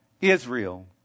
Israel